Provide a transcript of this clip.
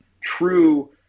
true